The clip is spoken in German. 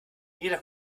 jeder